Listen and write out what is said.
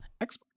xbox